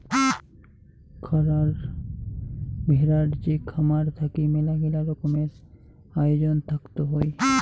খারার ভেড়ার যে খামার থাকি মেলাগিলা রকমের আয়োজন থাকত হই